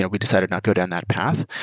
ah we decided not go down that path.